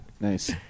Nice